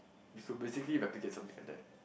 he could basically replicate something like that